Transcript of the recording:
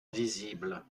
visibles